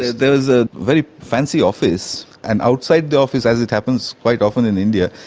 there was a very fancy office, and outside the office, as it happens quite often in india,